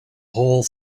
hole